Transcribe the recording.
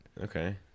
Okay